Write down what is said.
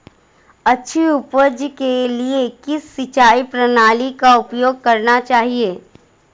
अच्छी उपज के लिए किस सिंचाई प्रणाली का उपयोग करना चाहिए?